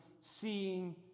seeing